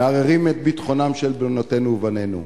מערערים את ביטחונם של בנותינו ובנינו,